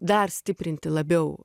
dar stiprinti labiau